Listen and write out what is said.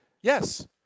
Yes